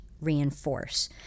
reinforce